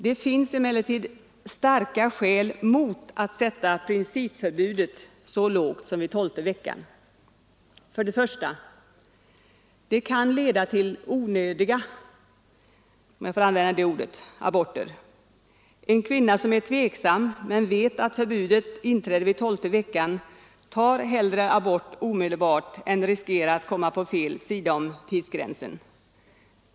Det finns emellertid starka skäl mot att sätta principförbudet så lågt som vid tolfte veckan: 1. Det kan leda till ”onödiga” aborter. En kvinna som är tveksam men vet att förbudet inträder vid tolfte veckan tar hellre abort omedelbart än riskerar att komma på ”fel” sida om tidsgränsen.